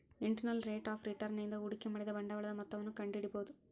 internal rate of return ನಿಂದ ಹೂಡಿಕೆ ಮಾಡಿದ ಬಂಡವಾಳದ ಮೊತ್ತವನ್ನು ಕಂಡಿಡಿಬೊದು